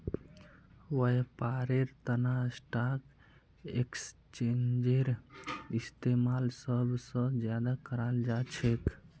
व्यापारेर तना स्टाक एक्स्चेंजेर इस्तेमाल सब स ज्यादा कराल जा छेक